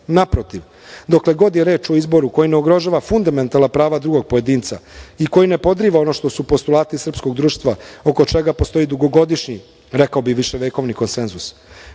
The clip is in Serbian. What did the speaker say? Naprotiv, dokle god je reč o izboru koji ne ugrožava fundamentalna prava drugog pojedinca i koji ne podriva ono što su postulati srpskog društva, oko čega postoji dugogodišnji, rekao bih viševekovni konsenzus. Nikome